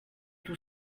tout